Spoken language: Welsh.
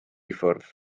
ffwrdd